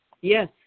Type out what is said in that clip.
Yes